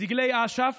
דגלי אש"ף